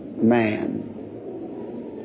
Man